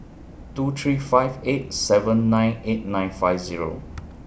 two three five eight seven nine eight nine five Zero